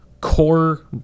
core